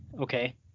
Okay